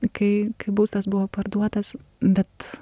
kai kai būstas buvo parduotas bet